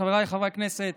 חבר הכנסת